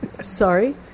Sorry